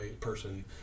person